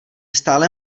stále